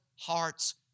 heart's